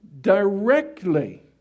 directly